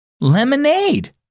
Lemonade